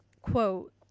quote